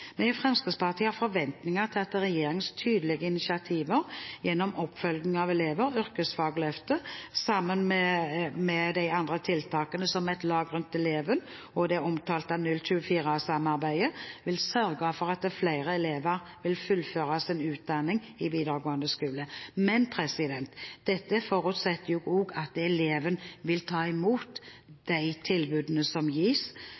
Vi i Fremskrittspartiet har forventninger til at regjeringens tydelige initiativer gjennom oppfølging av elevene, Yrkesfagløftet, sammen med de andre tiltakene, som «Et lag rundt eleven» og det omtalte 0–24-samarbeidet, vil sørge for at flere elever vil fullføre sin utdanning i videregående skole. Men dette forutsetter jo at eleven vil ta imot de tilbudene som gis.